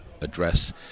address